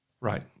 Right